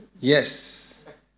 Yes